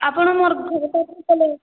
ଆପଣ ମୋର ଘର ପାଖେ ପଳାଇ ଆସିବେ